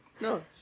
no